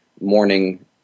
morning